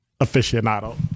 aficionado